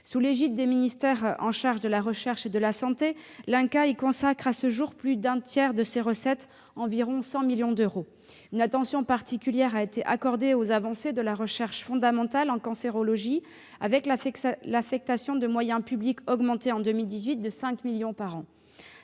Sous l'égide des ministères en charge de la recherche et de la santé, l'Institut national du cancer (INCa) y consacre à ce jour plus du tiers de ses recettes, soit environ 100 millions d'euros. Une attention particulière a été accordée aux avancées de la recherche fondamentale en cancérologie avec l'affectation de moyens publics augmentés, en 2018, de 5 millions d'euros